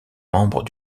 membre